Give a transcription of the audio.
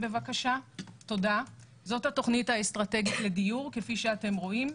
זאת התוכנית האסטרטגית לדיור כפי שאתם רואים.